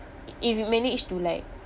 if you managed to like